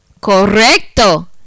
Correcto